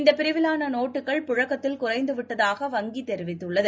இந்தபிரிவிலானநோட்டுக்கள் புழக்கத்தில் குறைந்துவிட்டதாக வங்கிதெரிவித்துள்ளது